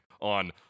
on